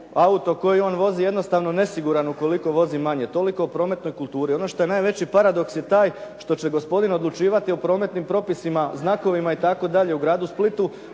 auto koji on vozi jednostavno nesiguran ukoliko vozi manje, toliko o prometnoj kulturi. Ono što je najveći paradoks je taj što će gospodin odlučivati o prometnim propisima, znakovima itd. u Gradu Splitu,